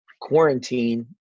quarantine